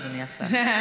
אדוני השר.